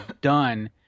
done